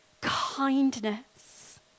kindness